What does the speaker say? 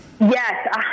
Yes